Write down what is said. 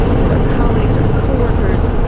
with our colleagues or co-workers.